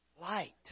light